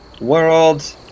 world